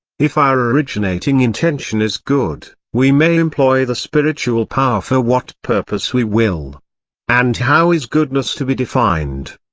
if our originating intention is good, we may employ the spiritual power for what purpose we will and how is goodness to be defined?